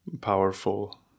powerful